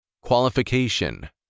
Qualification